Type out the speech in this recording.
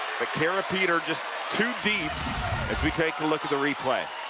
but kara peter just too deep as we take a look at the replay.